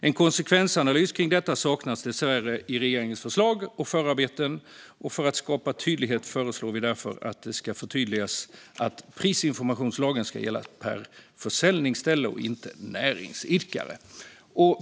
En konsekvensanalys kring detta saknas dessvärre i regeringens förslag och förarbeten. För att skapa tydlighet föreslår vi därför att det ska förtydligas att prisinformationslagen ska gälla per försäljningsställe och inte per näringsidkare.